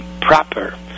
proper